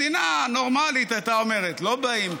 מדינה נורמלית הייתה אומרת: לא באים,